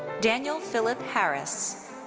daniel philip harris.